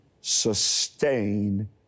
sustain